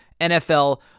NFL